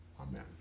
Amen